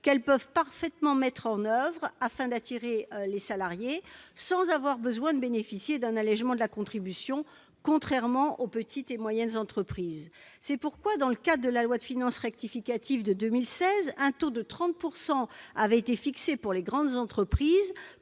qu'elles peuvent parfaitement mettre en oeuvre, afin d'attirer les salariés, sans avoir besoin de bénéficier d'un allégement de contribution, contrairement aux petites et moyennes entreprises. C'est pourquoi, dans le cadre de la loi de finances rectificative pour 2016, un taux de 30 % a été fixé pour les grandes entreprises,